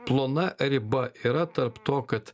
plona riba yra tarp to kad